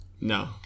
No